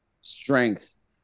strength